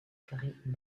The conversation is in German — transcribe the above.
verrieten